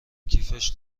کیفش